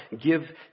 give